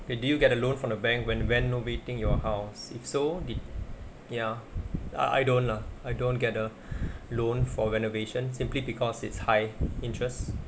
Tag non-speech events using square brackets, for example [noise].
okay did you get a loan from the bank when renovating your house if so did ya I I don't lah I don't get the [breath] loan for renovation simply because it's high interest